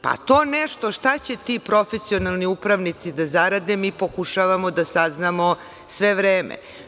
Pa, to nešto šta će ti profesionalni upravnici da zarade, mi pokušavamo da saznamo sve vreme.